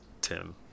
Tim